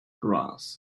grass